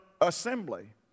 assembly